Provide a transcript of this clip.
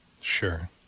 Sure